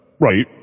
Right